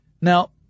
Now